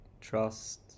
trust